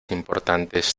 importantes